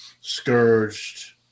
scourged